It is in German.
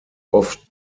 oft